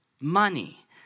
money